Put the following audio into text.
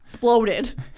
bloated